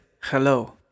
Hello